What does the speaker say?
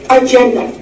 agenda